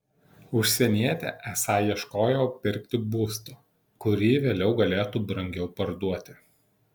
užsienietė esą ieškojo pirkti būsto kurį vėliau galėtų brangiau parduoti